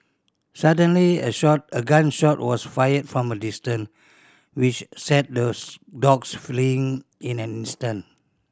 suddenly a shot a gun shot was fired from a distance which sent those dogs fleeing in an instant